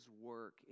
work